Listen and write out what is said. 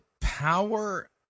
power